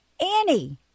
Annie